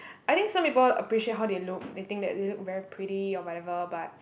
I think some people appreciate how they look they think that they look very pretty or whatever but